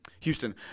Houston